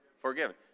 Forgiven